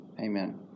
Amen